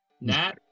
Nat